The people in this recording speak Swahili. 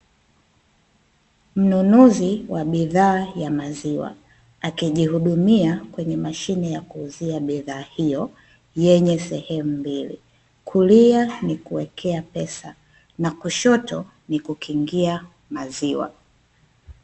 Mnunuzi wa bidhaa ya maziwa, akijihudumia kwenye mashine ya kuuzia bidhaa hiyo, yenye sehemu mbili; kulia ni kuwekea pesa, na kushoto ni kukingia maziwa.